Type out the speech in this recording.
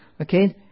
Okay